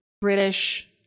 british